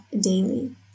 daily